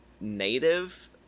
native